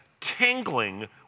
tingling